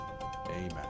amen